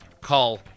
call